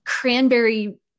cranberry